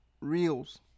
reels